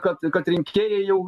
kad kad rinkėjai jau